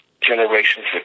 generations